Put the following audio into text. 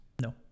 No